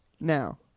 Now